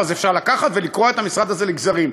ואפשר לקחת ולקרוע את המשרד הזה לגזרים?